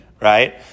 right